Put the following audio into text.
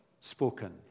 spoken